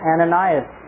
Ananias